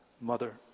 mother